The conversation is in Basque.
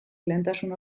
lehentasun